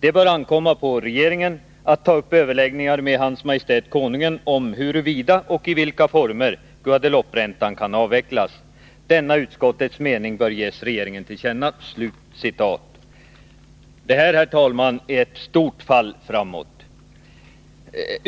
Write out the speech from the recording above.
Det bör ankomma på regeringen att ta upp överläggningar med Hans Majestät Konungen om huruvida och i vilka former Guadelouperäntan kan avvecklas. Denna utskottets mening bör ges regeringen till känna.” Detta är ett stort fall framåt.